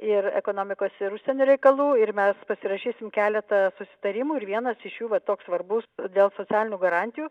ir ekonomikos ir užsienio reikalų ir mes pasirašysim keletą susitarimų ir vienas iš jų va toks svarbus dėl socialinių garantijų